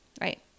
right